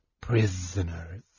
prisoners